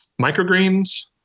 microgreens